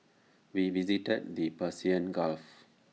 we visited the Persian gulf